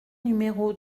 numéro